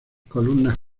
columnas